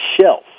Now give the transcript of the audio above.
shelf